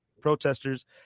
protesters